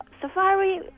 safari